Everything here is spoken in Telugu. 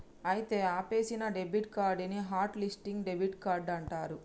అయితే ఆపేసిన డెబిట్ కార్డ్ ని హట్ లిస్సింగ్ డెబిట్ కార్డ్ అంటారు